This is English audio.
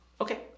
okay